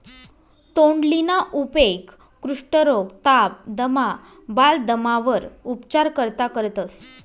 तोंडलीना उपेग कुष्ठरोग, ताप, दमा, बालदमावर उपचार करता करतंस